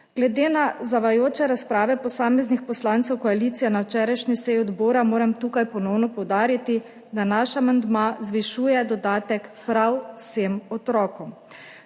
Glede na zavajajoče razprave posameznih poslancev koalicije na včerajšnji seji odbora moram tukaj ponovno poudariti, da naš amandma zvišuje dodatek prav vsem otrokom,